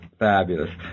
Fabulous